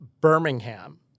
Birmingham